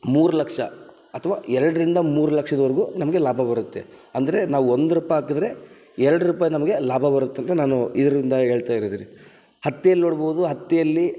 ಮೂರು ಲಕ್ಷ ಅಥ್ವಾ ಎರಡರಿಂದ ಮೂರು ಲಕ್ಷದವರ್ಗೂ ನಮಗೆ ಲಾಭ ಬರುತ್ತೆ ಅಂದರೆ ನಾವು ಒಂದು ರೂಪಾಯಿ ಹಾಕದ್ರೆ ಎರಡು ರೂಪಾಯಿ ನಮಗೆ ಲಾಭ ಬರುತ್ತೆ ಅಂತ ನಾನು ಇದರಿಂದ ಹೇಳ್ತಾ ಇರೋದ್ ರೀ ಹತ್ತಿಯಲ್ಲಿ ನೋಡ್ಬೋದು ಹತ್ತಿಯಲ್ಲಿ